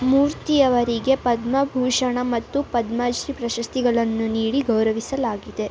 ಮೂರ್ತಿಯವರಿಗೆ ಪದ್ಮಭೂಷಣ ಮತ್ತು ಪದ್ಮಶ್ರೀ ಪ್ರಶಸ್ತಿಗಳನ್ನು ನೀಡಿ ಗೌರವಿಸಲಾಗಿದೆ